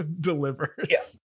delivers